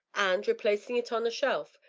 and, replacing it on the shelf,